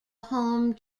home